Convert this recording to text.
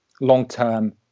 long-term